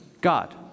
God